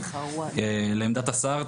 לעמדת השר,